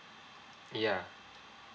ya